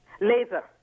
Laser